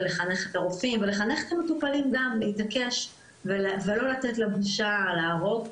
ולחנך את הרופאים ולחנך את המטופלים גם להתעקש ולא לתת לבושה להרוג,